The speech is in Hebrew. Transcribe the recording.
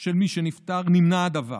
של מי שנפטר נמנע הדבר,